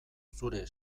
zure